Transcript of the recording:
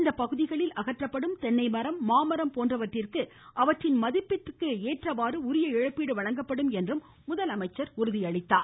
இப்பகுதிகளில் அகற்றப்படும் தென்னை மரம் மா மரம் போன்றவற்றிற்கு அவற்றின் மதிப்பிற்கேற்றவாறு உரிய இழப்பீடு வழங்கப்படும் என்றும் அவர் உறுதியளித்தார்